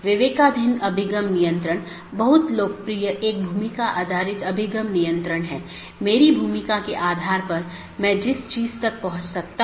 सबसे अच्छा पथ प्रत्येक संभव मार्गों के डोमेन की संख्या की तुलना करके प्राप्त किया जाता है